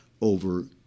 over